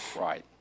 Right